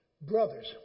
Brothers